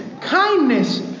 kindness